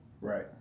Right